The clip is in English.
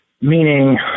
meaning